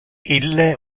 ille